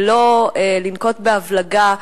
ולא לנקוט הבלגה,